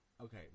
okay